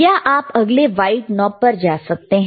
क्या आप अगले वाइट नॉब पर जा सकते हैं